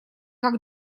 как